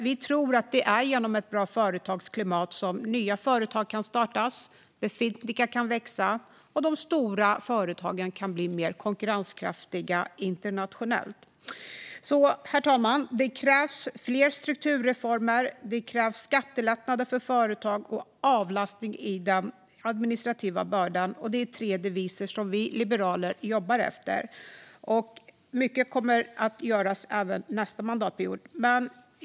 Vi tror att det är genom ett bra företagsklimat som nya företag kan startas, befintliga företag kan växa och stora företag kan bli mer konkurrenskraftiga internationellt. Herr talman! Det krävs fler strukturreformer. Det krävs skattelättnader för företag och avlastning av den administrativa bördan. Det är tre deviser som vi liberaler jobbar efter. Mycket kommer att göras även nästa mandatperiod.